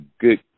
good